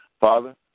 Father